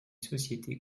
sociétés